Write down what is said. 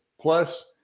Plus